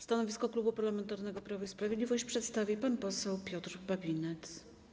Stanowisko Klubu Parlamentarnego Prawo i Sprawiedliwość przedstawi pan poseł Piotr Babinetz.